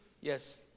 Yes